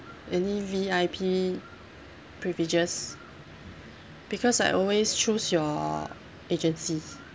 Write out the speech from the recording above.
any V_I_P privileges because I always choose your agencies